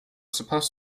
supposed